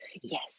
Yes